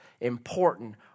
important